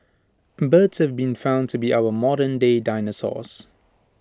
birds have been found to be our modernday dinosaurs